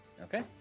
okay